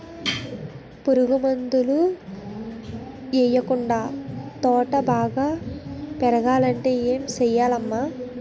పురుగు మందులు యెయ్యకుండా తోట బాగా పెరగాలంటే ఏ సెయ్యాలమ్మా